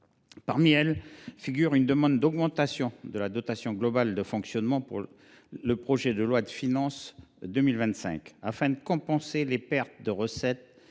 Parmi elles figure une demande d’augmentation de la dotation globale de fonctionnement (DGF) pour le projet de loi de finances 2025, afin de compenser les pertes de recettes